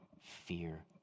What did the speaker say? fear